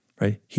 right